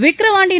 Vikravandi